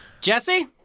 Jesse